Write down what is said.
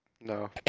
No